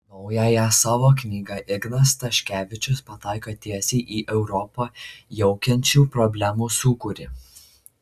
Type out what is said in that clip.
naująja savo knyga ignas staškevičius pataiko tiesiai į europą jaukiančių problemų sūkurį